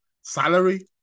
Salary